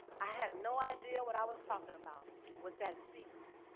i had no idea what i was talking about with that secret.